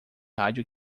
rádio